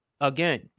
again